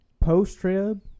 post-trib